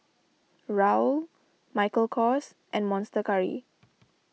Raoul Michael Kors and Monster Curry